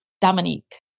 Dominique